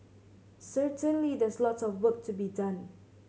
certainly there's lot of work to be done